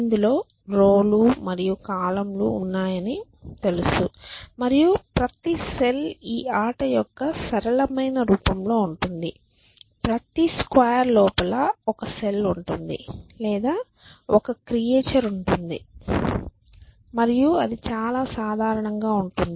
ఇందులో రో లు మరియు కాలమ్ లు ఉన్నాయని తెలుసు మరియు ప్రతి సెల్ ఈ ఆట యొక్క సరళమైన రూపంలో ఉంటుంది ప్రతి స్క్వేర్ లోపల ఒక సెల్ ఉంటుంది లేదా ఒక క్రియేచర్ ఉండవచ్చు మరియు అది చాలా సాధారణంగా ఉంటుంది